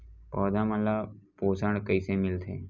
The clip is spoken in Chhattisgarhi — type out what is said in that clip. पौधा मन ला पोषण कइसे मिलथे?